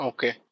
Okay